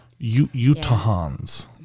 Utahans